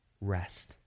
rest